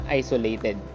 isolated